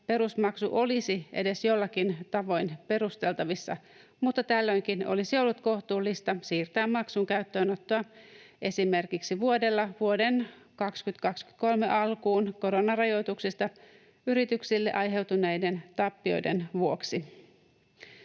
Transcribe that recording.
perusmaksu olisi edes jollakin tavoin perusteltavissa, mutta tällöinkin olisi ollut kohtuullista siirtää maksun käyttöönottoa esimerkiksi vuodella vuoden 2023 alkuun koronarajoituksista yrityksille aiheutuneiden tappioiden vuoksi.